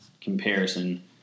comparison –